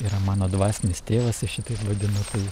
yra mano dvasinis tėvas aš jį taip vadinu tai